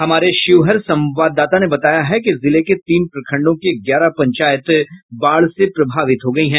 हमारे शिवहर संवाददाता ने बताया है कि जिले के तीन प्रखंडों के ग्यारह पंचायत बाढ़ से प्रभावित हो गये हैं